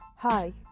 Hi